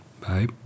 Bye